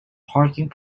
parking